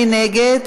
מי נגד?